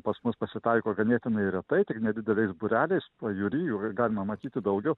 pas mus pasitaiko ganėtinai retai tik nedideliais būreliais pajūry galima matyti daugiau